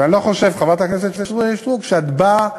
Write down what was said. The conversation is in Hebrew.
ואני לא חושב, חברת הכנסת סטרוק, שאת באה